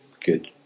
good